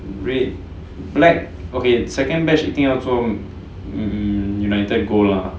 red black okay second batch 一定要做 um united gold lah